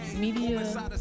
media